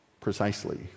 precisely